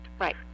right